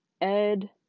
Ed